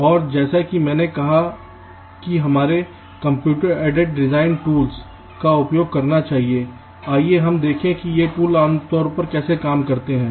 और जैसा कि मैंने कहा कि हमें कंप्यूटर एडेड डिजाइन टूल का उपयोग करना चाहिए और आइए हम देखें कि ये टूल आमतौर पर कैसे काम करते हैं